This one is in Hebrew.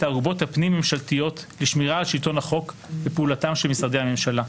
הערובות הפנים-ממשלתיות לשמירה על שלטון החוק בפעולתם של משרדי הממשלה.